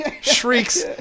shrieks